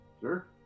Sure